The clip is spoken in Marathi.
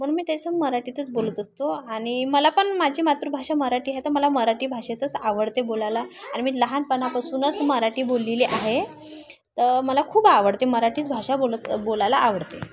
म्हणून मी त्याच्यासंग मराठीतच बोलत असतो आणि मला पण माझी मातृभाषा मराठी आहे तर मला मराठी भाषेतच आवडते बोलायला आणि मी लहानपणापासूनच मराठी बोललेली आहे तर मला खूप आवडते मराठीच भाषा बोलत बोलायला आवडते